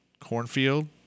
cornfield